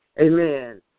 Amen